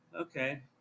okay